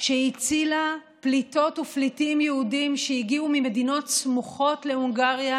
שהצילה פליטות ופליטים יהודים שהגיעו ממדינות סמוכות להונגריה